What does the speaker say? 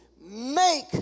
make